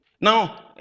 now